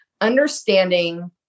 understanding